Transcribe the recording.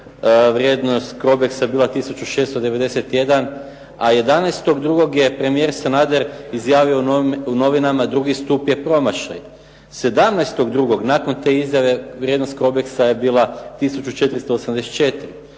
vrijednost CROBEX-a bila 1691, a 11.2. je premijer Sanader izjavio u novinama "drugi stup je promašaj". 17.2. nakon te izjave, vrijednost CROBEX-a je bila 1484,